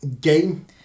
game